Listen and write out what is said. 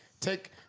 Take